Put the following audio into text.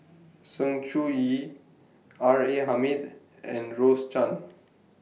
Sng Choon Yee R A Hamid and Rose Chan